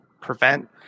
prevent